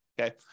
Okay